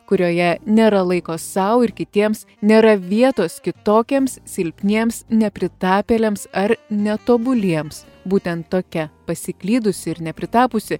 kurioje nėra laiko sau ir kitiems nėra vietos kitokiems silpniems nepritapėliams ar netobuliems būtent tokia pasiklydusi ir nepritapusi